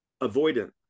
avoidant